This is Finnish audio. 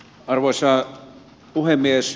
arvoisa puhemies